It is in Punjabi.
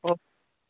ਓਕ